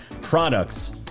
products